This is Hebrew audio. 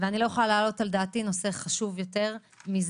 ואני לא יכולה להעלות על דעתי נושא חשוב יותר מזה.